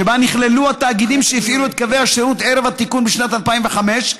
שבה נכללו התאגידים שהפעילו את קווי השירות ערב התיקון בשנת 2005,